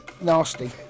nasty